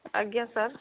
ଆଜ୍ଞା ସାର୍